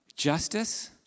justice